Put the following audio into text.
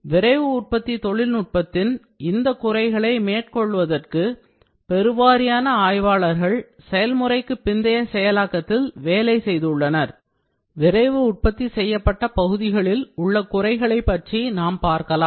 விரைவு உற்பத்தி தொழில்நுட்பத்தின் இந்த குறைகளை மேற்கொள்வதற்கு பெருவாரியான ஆய்வாளர்கள் செயல்முறைக்கு பிந்தைய செயலாக்கத்தில் வேலை செய்துள்ளனர் விரைவு உற்பத்தி செய்யப்பட்ட பகுதிகளில் உள்ள குறைகளைப் பற்றி நாம் பார்க்கலாம்